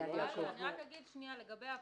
לגבי האפליקציה,